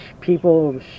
people